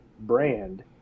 brand